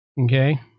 okay